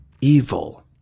evil